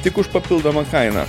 tik už papildomą kainą